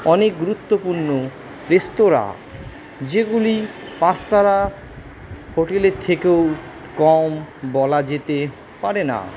অনেক গুরুত্বপূর্ণ রেস্তোরাঁ যেগুলি পাঁচতারা হোটেলের থেকেও কম বলা যেতে পারে না